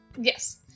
Yes